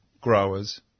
growers